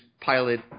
pilot